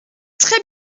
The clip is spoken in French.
très